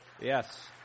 Yes